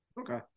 Okay